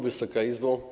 Wysoka Izbo!